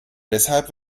deshalb